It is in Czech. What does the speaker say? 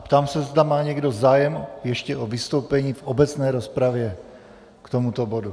Ptám se, zda má někdo zájem ještě o vystoupení v obecné rozpravě k tomuto bodu.